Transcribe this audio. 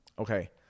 Okay